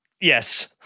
Yes